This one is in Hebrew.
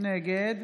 נגד